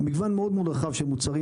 יש מגוון מאוד רחב של מוצרים,